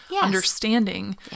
understanding